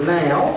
now